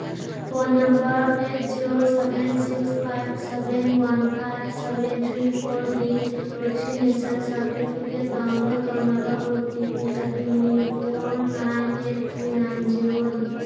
phone number eight zero seven six five seven one five seven three ꯐꯣꯔꯒꯤ vaccination certificate download ꯇꯧꯅꯕ O T P ꯑꯗꯨꯅꯤ four nine eight three nine ꯖꯤꯔꯣꯅꯤ